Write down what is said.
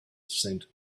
scent